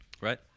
Right